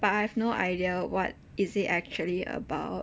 but I have no idea what is it actually about